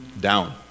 down